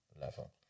level